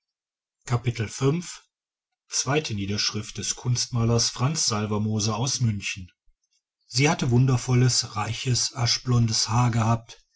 niederschrift des kunstmalers franz salvermoser aus münchen sie hat wundervolles reiches aschblondes haar gehabt